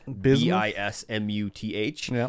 B-I-S-M-U-T-H